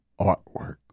artwork